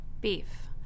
Beef